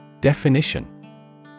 Definition